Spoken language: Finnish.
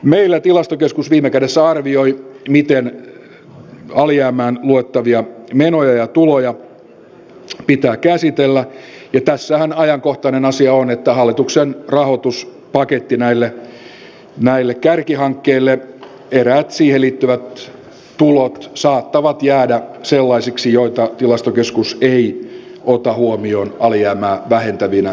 meillä tilastokeskus viime kädessä arvioi miten alijäämään luettavia menoja ja tuloja pitää käsitellä ja tässähän ajankohtainen asia on että eräät hallituksen kärkihankkeiden rahoituspakettiin liittyvät tulot saattavat jäädä sellaisiksi joita tilastokeskus ei ota huomioon alijäämää vähentävinä tuloina